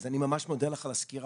אז אני ממש מודה לך על הסקירה.